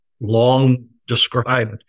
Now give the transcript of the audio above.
long-described